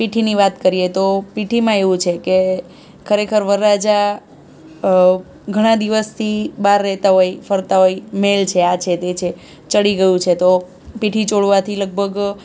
પીઠીની વાત કરીએ તો પીઠીમાં એવું છે કે ખરેખર વરરાજા ઘણા દિવસથી બહાર રહેતા હોય ફરતા હોય મેલ છે આ છે તે છે ચઢી ગયું છે તો પીઠી ચોળવાથી લગભગ